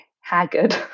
haggard